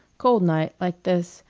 cold night, like this,